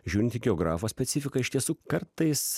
žiūrint į geografo specifiką iš tiesų kartais